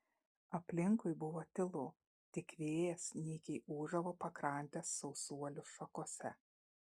aplinkui buvo tylu tik vėjas nykiai ūžavo pakrantės sausuolių šakose